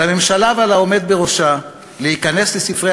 על הממשלה ועל העומד בראשה להיכנס לספרי